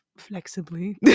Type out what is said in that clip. flexibly